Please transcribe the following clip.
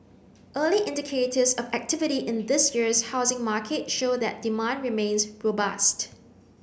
early indicators of activity in this year's housing market show that demand remains robust